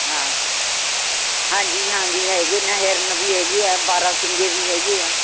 ਹਾਂ ਹਾਂਜੀ ਹਾਂਜੀ ਹੈਗੇ ਨੇ ਹਿਰਨ ਵੀ ਹੈਗੇ ਆ ਬਾਰਾਸਿੰਗੇ ਵੀ ਹੈਗੇ ਐ